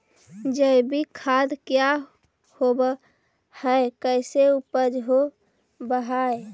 जैविक खाद क्या होब हाय कैसे उपज हो ब्हाय?